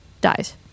dies